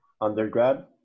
undergrad